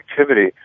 activity